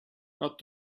not